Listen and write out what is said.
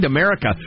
America